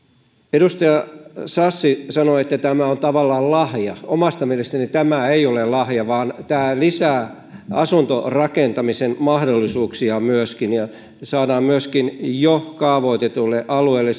edustaja hassi sanoitte että tämä on tavallaan lahja omasta mielestäni tämä ei ole lahja vaan tämä lisää asuntorakentamisen mahdollisuuksia myöskin ja saadaan myöskin jo kaavoitetuilla alueilla